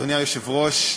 אדוני היושב-ראש,